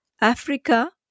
Africa